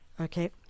Okay